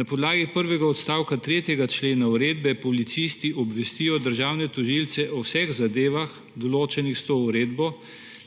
Na podlagi prvega odstavka 3. člena uredbe policisti obvestijo državne tožilce o vseh zadevah, določenih s to uredbo,